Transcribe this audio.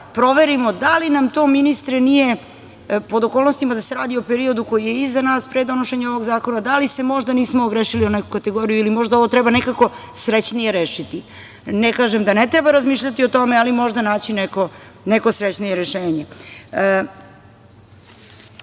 možda proverimo da li nam to, ministre, nije pod okolnostima da se radi o periodu koji je iza nas pre donošenja ovog zakona, da li se možda nismo ogrešili o neku kategoriju ili možda ovo treba nekako srećnije rešiti? Ne kažem da ne treba razmišljati o tome, ali možda naći neko srećnije rešenje.U